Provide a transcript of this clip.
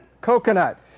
coconut